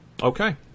Okay